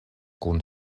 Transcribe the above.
kun